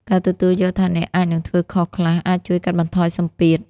ការទទួលយកថាអ្នកអាចនឹងធ្វើខុសខ្លះ អាចជួយកាត់បន្ថយសម្ពាធ។